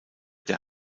der